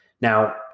Now